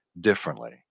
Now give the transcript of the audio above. differently